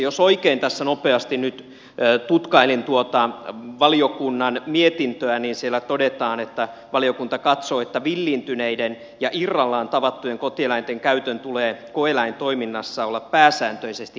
jos oikein tässä nopeasti nyt tutkailin tuota valiokunnan mietintöä niin siellä todetaan että valiokunta katsoo että villiintyneiden ja irrallaan tavattujen kotieläinten käytön tulee koe eläintoiminnassa olla pääsääntöisesti kiellettyä